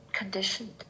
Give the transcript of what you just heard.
conditioned